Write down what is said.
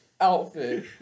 outfit